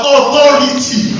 Authority